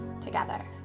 together